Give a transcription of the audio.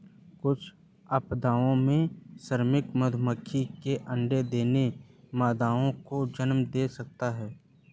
कुछ अपवादों में, श्रमिक मधुमक्खी के अंडे देना मादाओं को जन्म दे सकता है